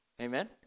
Amen